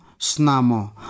Snamo